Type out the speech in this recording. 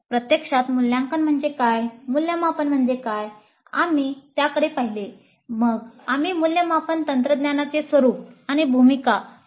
प्रत्यक्षात मूल्यांकन म्हणजे काय मूल्यमापन म्हणजे काय आम्ही त्याकडे पाहिले मग आम्ही मूल्यमापन तंत्रज्ञानाचे स्वरूप आणि भूमिका पाहिले